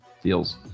feels